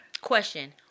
Question